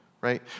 right